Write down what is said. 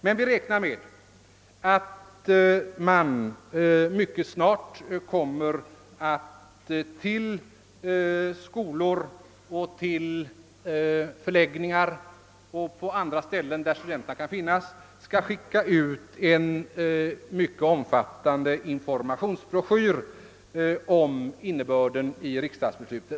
Men vi räknar med att man mycket snart till skolor, förläggningar och andra ställen, där studenter kan finnas, kommer att skicka ut en mycket omfattande informationsbroschyr om innebörden av riksdagsbeslutet.